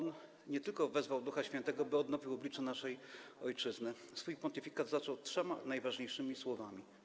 On nie tylko wezwał Ducha Świętego, by odnowił oblicze naszej ojczyzny, ale swój pontyfikat zaczął trzema najważniejszymi słowami: